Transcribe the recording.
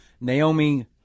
Naomi